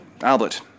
Albert